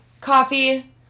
coffee